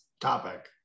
topic